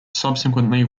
subsequently